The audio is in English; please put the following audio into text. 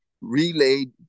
relayed